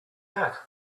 that